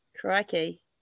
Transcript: crikey